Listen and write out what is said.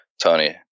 Tony